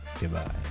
Goodbye